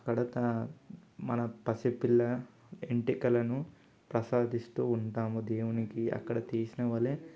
అక్కడ మన పసిపిల్ల వెంట్రుకలను ప్రసాదిస్తు ఉంటాము దేవునికి అక్కడ తీసిన వలే